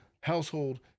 household